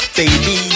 baby